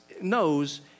knows